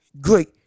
Great